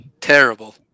terrible